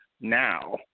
now